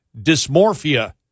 dysmorphia